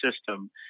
system